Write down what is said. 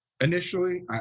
initially